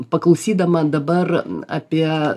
paklausydama dabar apie